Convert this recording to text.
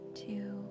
two